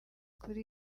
kuri